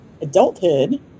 adulthood